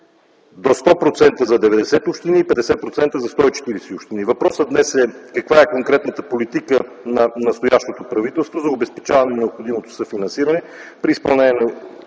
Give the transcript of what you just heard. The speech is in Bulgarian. до 100% за 90 общини и 50% за 140 общини. Въпросът днес е: каква е конкретната политика на настоящото правителство за обезпечаване на необходимото съфинансиране при изпълнение на